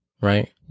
Right